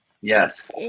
Yes